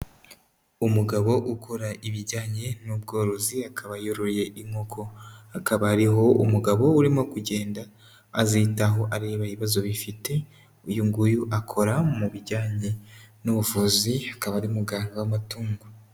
Umugabo ukora ibijyanye n'ubworozi, akaba yoroye inkoko, hakaba hariho umugabo urimo kugenda azitaho, areba ibibazo bifite, uyu nguyu akora mu bijyanye n'ubuvuzi, akaba ari muganga w'amatungo.